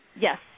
Yes